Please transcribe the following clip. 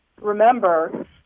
remember